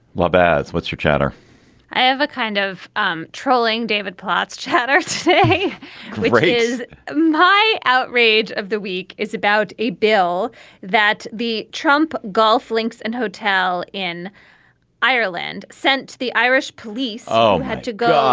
lol beth what's your chatter i have a kind of um trolling. david plotz chatter hey hey is my outrage of the week is about a bill that the trump golf links and hotel in ireland sent to the irish police. oh had to go.